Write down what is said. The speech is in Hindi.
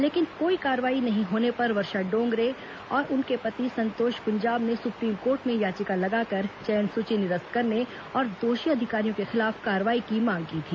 लेकिन कोई कार्रवाई नहीं होने पर वर्षा डोंगरे और उनके पति संतोष कुंजाम ने सुप्रीम कोर्ट में याचिका लगाकर चयन सूची निरस्त करने और दोषी अधिकारियों के खिलाफ कार्रवाई की मांग की थी